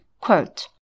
quote